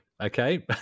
Okay